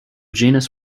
genus